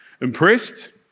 Impressed